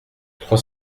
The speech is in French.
trois